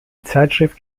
zeitschrift